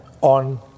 on